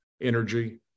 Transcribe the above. energy